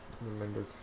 remember